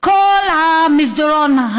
כל המסדרון,